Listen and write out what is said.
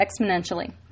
exponentially